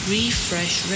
Refresh